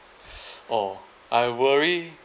oh I worry